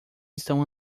estão